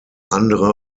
andere